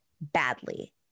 badly